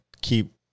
keep